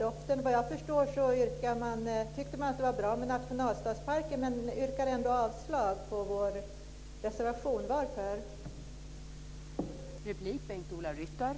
Såvitt jag förstår tycker man att det är bra med nationalstadsparker men yrkar ändå avslag på vår reservation. Varför det?